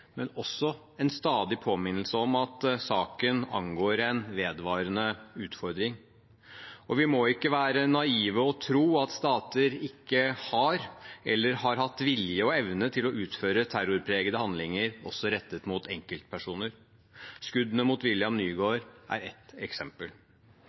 men også en stadig påminnelse om at saken angår en vedvarende utfordring. Vi må ikke være naive og tro at stater ikke har eller har hatt vilje og evne til å utføre terrorpregede handlinger også rettet mot enkeltpersoner. Skuddene mot